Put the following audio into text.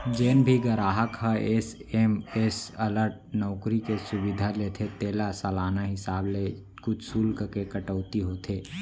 जेन भी गराहक ह एस.एम.एस अलर्ट नउकरी के सुबिधा लेथे तेला सालाना हिसाब ले कुछ सुल्क के कटौती होथे